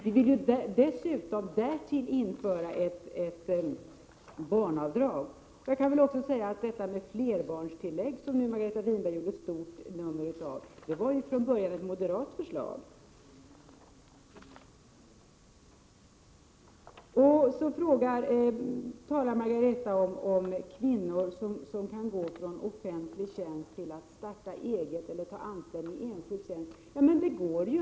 Vi vill dessutom införa ett barnavdrag. Jag kan också säga att flerbarnstillägget, som Margareta Winberg gjorde ett stort nummer av, från början var ett moderat förslag. Margareta Winberg talar om kvinnor som kan gå från offentlig tjänst till att starta eget eller ta anställning i enskild tjänst.